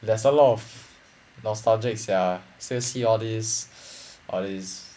there's a lot of nostalgic sia J_C all these all these